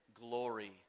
glory